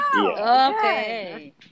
Okay